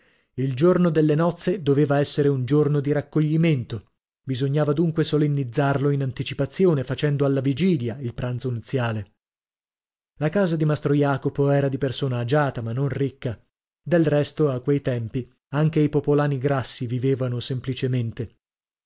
il giorno delle nozze doveva essere un giorno di raccoglimento bisognava dunque solennizzarlo in anticipazione facendo alla vigilia il pranzo nuziale la casa di mastro jacopo era di persona agiata ma non ricca del resto a quei tempi anche i popolani grassi vivevano semplicemente